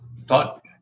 thought